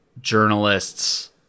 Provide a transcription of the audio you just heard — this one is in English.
journalists –